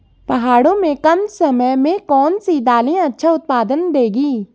पहाड़ों में कम समय में कौन सी दालें अच्छा उत्पादन देंगी?